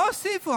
לא הוסיפו.